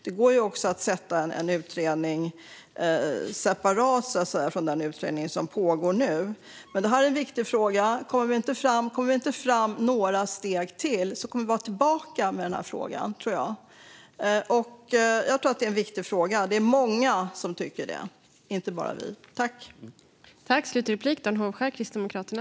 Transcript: Det går också att tillsätta en utredning så att säga separat från den utredning som nu pågår. Men detta är en viktig fråga. Kommer man inte fram några steg till tror jag att vi kommer att komma tillbaka till denna fråga. Det är många som tycker att detta är en viktig fråga, inte bara vi.